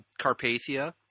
Carpathia